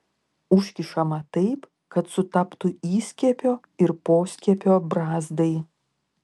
užkišama taip kad sutaptų įskiepio ir poskiepio brazdai